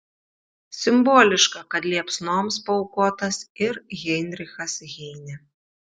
simboliška kad liepsnoms paaukotas ir heinrichas heinė